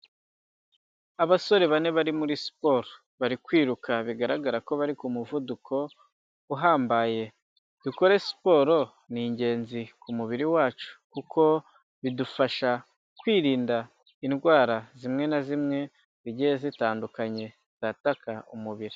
Abasore bane bari muri siporo bari kwiruka bigaragara ko bari ku muvuduko uhambaye, dukore siporo ni ingenzi ku mubiri wacu kuko bidufasha kwirinda indwara zimwe na zimwe zigiye zitandukanye zataka umubiri.